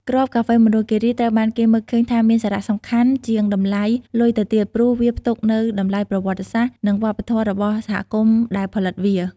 គ្រាប់កាហ្វេមណ្ឌលគិរីត្រូវបានគេមើលឃើញថាមានសារៈសំខាន់ជាងតម្លៃលុយទៅទៀត ព្រោះវាផ្ទុកនូវតម្លៃប្រវត្តិសាស្ត្រ និងវប្បធម៌របស់សហគមន៍ដែលផលិតវា។